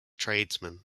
tradesmen